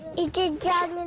good job.